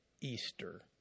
Easter